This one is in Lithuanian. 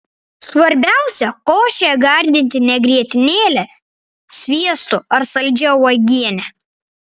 svarbiausia košę gardinti ne grietinėle sviestu ar saldžia uogiene